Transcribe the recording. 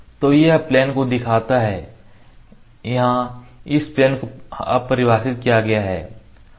तो यह इस प्लेन को दिखाया गया है यहाँ इस प्लेन को अब परिभाषित किया गया है